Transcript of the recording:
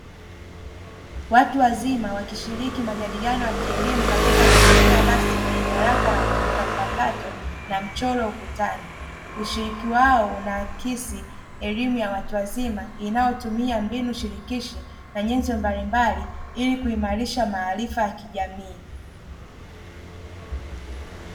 Watu wazima wakishiriki majadiliano ya kielimu katika mazingira rasmi yenye nyaraka na kompyuta mpakato na mchoro ukutani, ushiriki wao unaakisi elimu ya watu wazima inayotumia mbinu shirikishi na nyenzo mbalimbali ili kuimarisha maarifa ya kijamii.